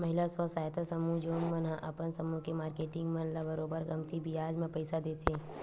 महिला स्व सहायता समूह जउन मन ह अपन समूह के मारकेटिंग मन ल बरोबर कमती बियाज म पइसा देथे